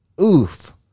oof